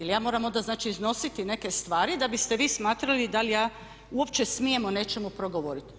Ili ja moram onda znači iznositi neke stvari da biste vi smatrali da li ja uopće smijem o nečemu progovoriti?